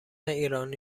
ایرانی